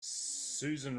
susan